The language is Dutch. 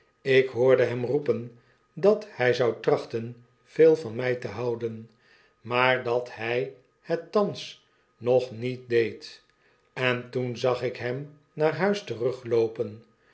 ik hoorde hem roepen dat bij zou trachten veel van my te houden myaar dat hy het thans nog niet deed en toen zag ik hem naar huis